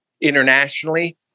internationally